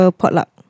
potluck